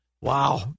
Wow